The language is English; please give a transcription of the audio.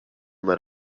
led